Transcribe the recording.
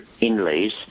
inlays